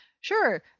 Sure